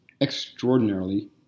extraordinarily